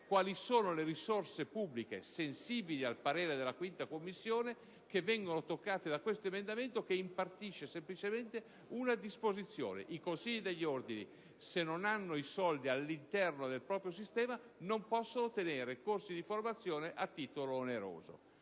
quali sono le risorse pubbliche sensibili al parere della 5ª Commissione che vengono toccate da questo emendamento che impartisce semplicemente una disposizione: i consigli degli ordini, se non hanno i soldi all'interno del proprio bilancio, non possono tenere corsi di formazione a titolo oneroso.